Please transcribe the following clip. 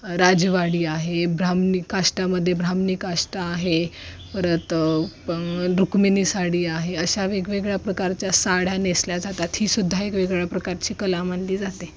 राजवाडी आहे ब्राह्मणी काष्टामध्ये ब्राह्मणी काष्टा आहे परत रुक्मिणी साडी आहे अशा वेगवेगळ्या प्रकारच्या साड्या नेसल्या जातात हीसुद्धा एक वगवेगळ्या प्रकारची कला मानली जाते